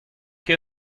ket